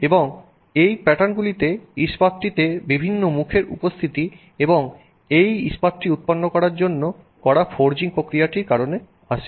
এবং এই প্যাটার্নগুলি ইস্পাতটিতে বিভিন্ন মুখের উপস্থিতি এবং এই ইস্পাতটি উৎপন্ন করার জন্য করা ফরজিং প্রক্রিয়াটির কারণে আসে